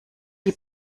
die